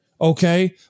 okay